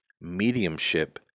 mediumship